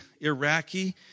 Iraqi